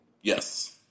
Yes